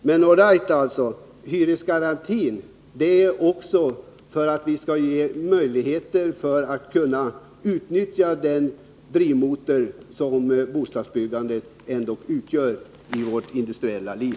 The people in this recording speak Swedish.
Men all right: Hyresgarantin är också till för att ge möjligheter att utnyttja den drivmotor som bostadsbyggandet ändå utgör i vårt industriella liv.